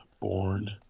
Born